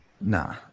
nah